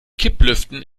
kipplüften